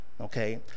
okay